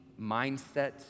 mindset